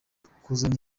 kuzana